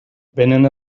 vénen